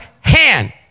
hand